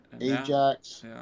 Ajax